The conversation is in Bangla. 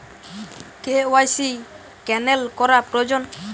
কে.ওয়াই.সি ক্যানেল করা প্রয়োজন?